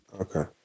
okay